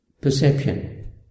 perception